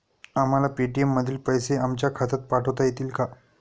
आम्हाला पेटीएम मधील पैसे आमच्या खात्यात पाठवता येतील का?